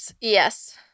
Yes